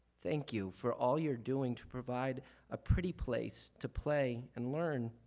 thank you for all you are doing to provide a pretty place to play and learn.